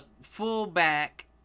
fullback